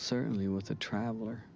certainly with a traveler